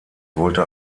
wollte